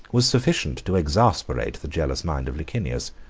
was sufficient to exasperate the jealous mind of licinius.